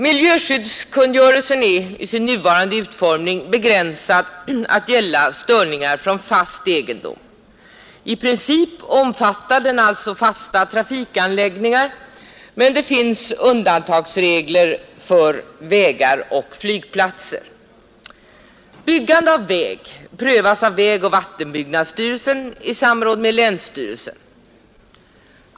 Miljöskyddskungörelsen är i sin nuvarande utformning begränsad till att gälla störningar från fast egendom. I princip omfattar den alltså fasta trafikanläggningar, men det finns undantagsregler för vägar och flygplatser. Byggande av väg prövas av vägoch vattenbyggnadsstyrelsen i samråd med länsstyrelsen.